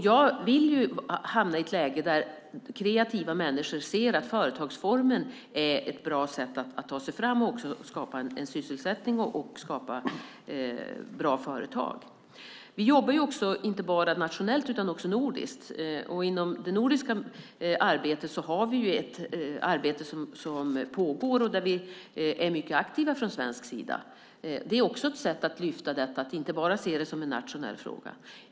Jag vill hamna i ett läge där kreativa människor ser att företagsformen är ett bra sätt att ta sig fram och skapa sysselsättning och bra företag. Vi jobbar inte bara nationellt utan också nordiskt. Inom det pågående nordiska arbetet är vi mycket aktiva från svensk sida. Att inte bara se det som en nationell fråga är också ett sätt att lyfta detta.